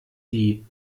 die